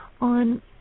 on